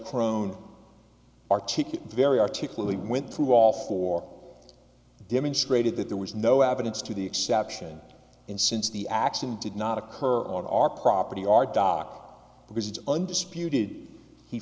crone article very articulately went through all four demonstrated that there was no evidence to the exception and since the accident did not occur on our property our dock because it's undisputed he